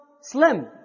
slim